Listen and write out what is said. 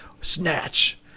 Snatch